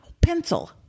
pencil